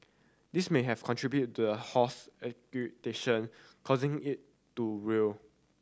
this may have contributed to a horse agitation causing it to real